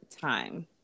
time